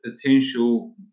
potential